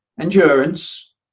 endurance